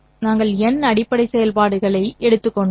நாங்கள் n அடிப்படை செயல்பாடுகளைக் கண்டால் என்று சொன்னோம்